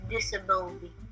disability